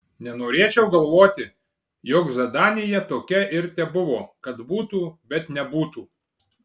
nenorėčiau galvoti jog zadanija tokia ir tebuvo kad būtų bet nebūtų